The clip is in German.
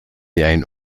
ein